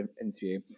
interview